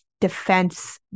Defense